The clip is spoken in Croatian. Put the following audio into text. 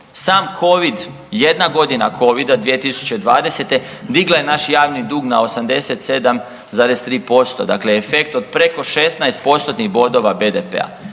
Sam Covid jedna godina Covid-a 2020. digla je naš javni dug na 87,3%, dakle efekt od preko 16 postotnih bodova BDP-a.